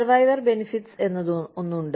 survivor benefits ഉണ്ട്